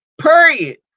Period